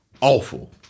awful